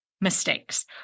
mistakes